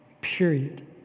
Period